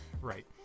Right